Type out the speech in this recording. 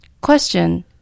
Question